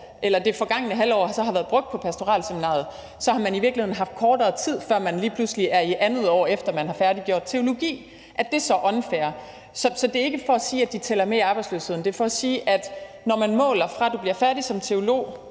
hvis det forgangne halve år så har været brugt på pastoralseminariet? For så har man i virkeligheden haft kortere tid, før man lige pludselig er i det andet år, efter at man er færdig på teologistudiet. Er det så fair? Så det er ikke for at sige, at de tæller med i arbejdsløsheden. Det er for at sige, at når man måler, fra du bliver færdig som teolog,